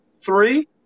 Three